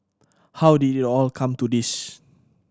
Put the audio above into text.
how did it all come to this